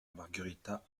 margarita